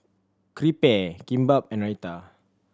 Crepe Kimbap and Raita